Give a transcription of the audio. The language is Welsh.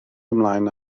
ymlaen